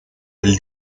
del